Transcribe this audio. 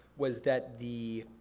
was that the